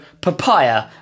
papaya